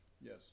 Yes